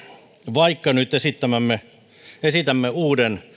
vaikka nyt esitämme uuden